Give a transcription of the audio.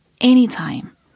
Anytime